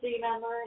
member